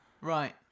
Right